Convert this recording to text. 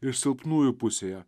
ir silpnųjų pusėje